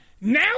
Now